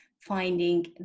finding